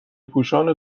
پوشان